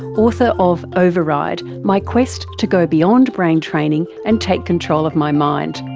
author of override my quest to go beyond brain training and take control of my mind.